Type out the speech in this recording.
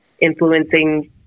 influencing